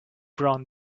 brown